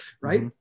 right